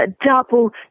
double